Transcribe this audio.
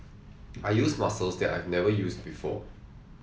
I used muscles that I've never used before